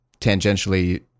tangentially